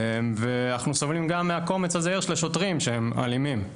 ואנחנו סובלים גם מהקומץ הזעיר של השוטרים שהם אלימים.